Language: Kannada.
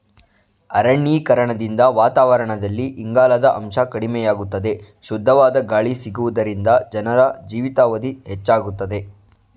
ಅರಣ್ಯೀಕರಣದಿಂದ ವಾತಾವರಣದಲ್ಲಿ ಇಂಗಾಲದ ಅಂಶ ಕಡಿಮೆಯಾಗುತ್ತದೆ, ಶುದ್ಧವಾದ ಗಾಳಿ ಸಿಗುವುದರಿಂದ ಜನರ ಜೀವಿತಾವಧಿ ಹೆಚ್ಚಾಗುತ್ತದೆ